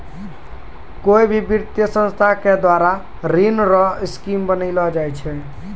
कोय भी वित्तीय संस्था के द्वारा ऋण रो स्कीम बनैलो जाय छै